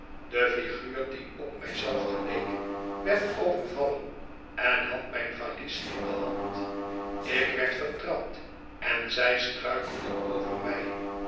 de figuur die op mij zelfgeleek werd overvallen en had mijn valies in de hand ik werd vertrapt en zij struikelden over mij